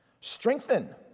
Strengthen